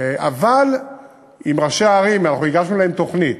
אבל אם ראשי הערים, אנחנו הגשנו להם תוכנית,